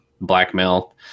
blackmail